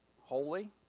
holy